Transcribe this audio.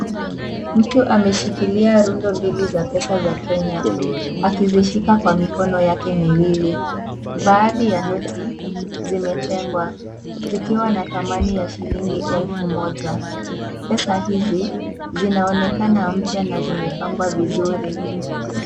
Mtu ameshikilia rundo mbili za pesa za Kenya, akizishika kwenye mikono yake miwili, baadhi ya noti zimetengwa, zikiwa na thamana ya noti shilingi elfu moja, pesa hizi zinaonekana mpya na zimepangwa vizuri.